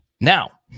Now